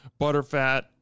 butterfat